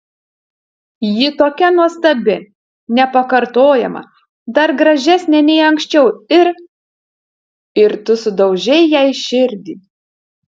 ji tokia nuostabi nepakartojama dar gražesnė nei anksčiau ir ir tu sudaužei jai širdį